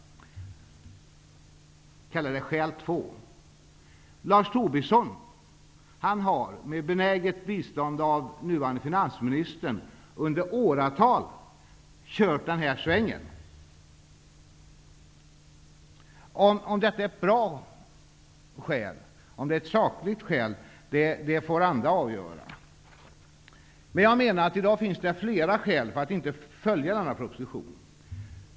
Lars Tobisson har med benäget bistånd av den nuvarande finansministern i åratal gått på den här linjen. Om detta är ett bra och sakligt skäl får andra avgöra. I dag finns det flera skäl för att inte följa denna proposition.